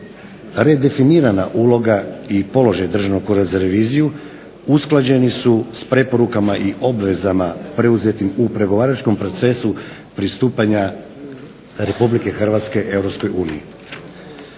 Redefinirana uloga i položaj Državnog ureda za reviziju usklađeni su s preporukama i obvezama preuzetim u pregovaračkom procesu pristupanja Republike Hrvatske